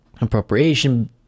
appropriation